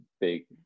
big